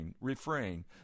refrain